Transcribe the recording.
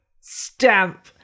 stamp